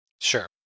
Sure